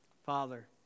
Father